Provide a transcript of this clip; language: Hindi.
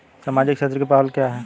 सामाजिक क्षेत्र की पहल क्या हैं?